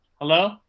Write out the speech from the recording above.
Hello